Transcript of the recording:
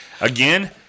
Again